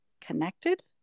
connected